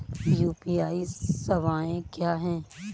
UPI सवायें क्या हैं?